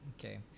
okay